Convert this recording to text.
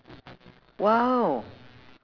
!wow!